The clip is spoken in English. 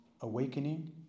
awakening